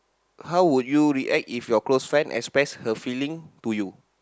how would you react if your close friend express her feeling to you